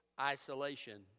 isolation